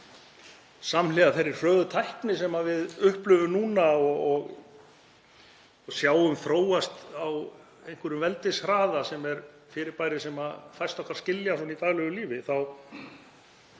samhliða þeirri hröðu tækni sem við upplifum núna og sjáum þróast á einhverjum veldishraða, sem er fyrirbæri sem fæst okkar skilja í daglegu lífi,